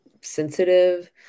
sensitive